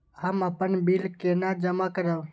हम अपन बिल केना जमा करब?